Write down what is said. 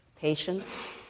Patience